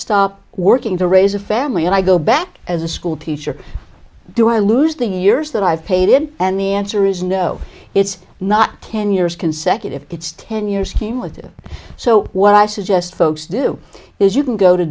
stop working to raise a family and i go back as a school teacher do i lose the years that i've paid in and the answer there's no it's not ten years consecutive it's ten years came with it so what i suggest folks do is you can go to